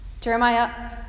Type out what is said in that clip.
Jeremiah